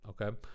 Okay